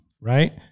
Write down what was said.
right